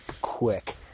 quick